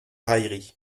raillerie